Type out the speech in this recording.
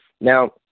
Now